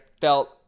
felt